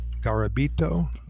Garabito